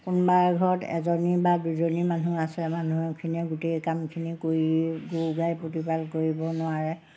কোনোবা ঘৰত এজনী বা দুজনী মানুহ আছে মানুহখিনিয়ে গোটেই কামখিনি কৰি গৰু গাই প্ৰতিপাল কৰিব নোৱাৰে